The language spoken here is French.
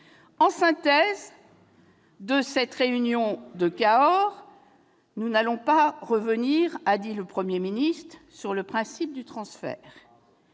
En synthèse de la réunion de Cahors, nous n'allons pas revenir, a dit le Premier ministre, sur le principe du transfert